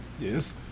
yes